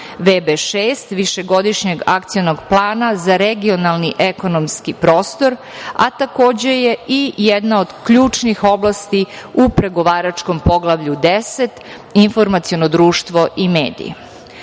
šest, višegodišnjeg akcionog plana za regionalni ekonomski prostor, a takođe je i jedna od ključnih oblasti u pregovaračkom poglavlju 10 – informaciono društvo i mediji. Verujem